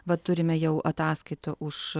va turime jau ataskaitą už